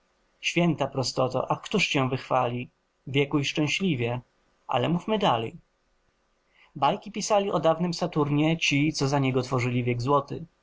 święta prostoto ach któż cię wychwali wiekuj szczęśliwie ale mówmy dalj bajki pisali o dawnym saturnie ci co za niego tworzyli wiek złoty